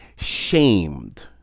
shamed